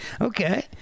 Okay